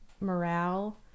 morale